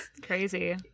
crazy